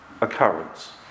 occurrence